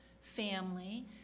family